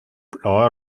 blauer